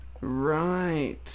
Right